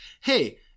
hey